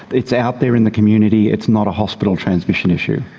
it's out there in the community, it's not a hospital transmission issue.